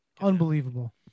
unbelievable